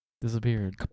disappeared